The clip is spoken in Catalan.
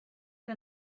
que